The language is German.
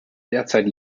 derzeit